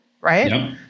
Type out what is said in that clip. right